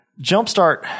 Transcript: Jumpstart